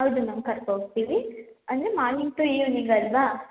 ಹೌದು ಮ್ಯಾಮ್ ಕರ್ಕೊ ಹೋಗ್ತೀವಿ ಅಂದರೆ ಮಾರ್ನಿಂಗ್ ಟು ಈವ್ನಿಂಗ್ ಅಲ್ಲವಾ